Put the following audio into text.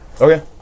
Okay